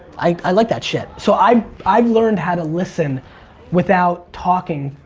i like that shit. so, i've i've learned how to listen without talking.